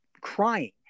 crying